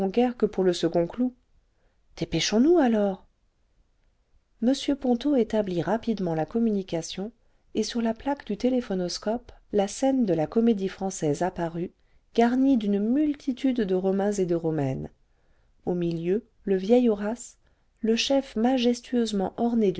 que pour le second clou dépêchons-nous alors m ponto établit rapidement la communication et sur la plaque du téléphonoscope la scène de la comédie-française apparut garnie d'une multitude de romains et cle romaines au milieu le vieil horace le chef majestueusement orné